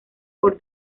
por